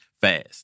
Fast